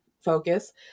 focus